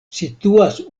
situas